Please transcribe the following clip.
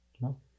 No